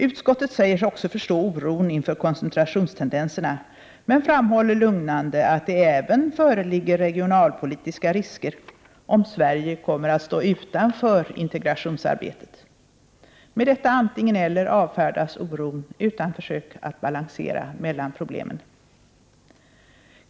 Utskottet säger sig också förstå oron inför koncentrationstendenserna, men framhåller lugnande att det även föreligger regionalpolitiska risker om Sverige kommer att stå utanför integrationsarbetet. Med detta antingeneller avfärdas oron utan försök att balansera mellan problemen.